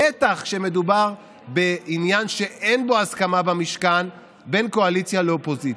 בטח כשמדובר בעניין שאין בו הסכמה במשכן בין קואליציה לאופוזיציה.